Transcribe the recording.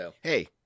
Hey